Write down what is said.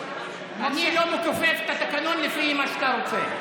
אני לא מכופף את התקנון לפי מה שאתה רוצה.